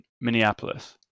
Minneapolis